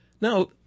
Now